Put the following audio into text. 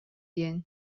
диэн